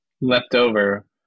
leftover